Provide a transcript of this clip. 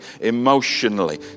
emotionally